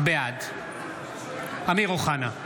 בעד אמיר אוחנה,